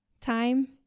time